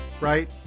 right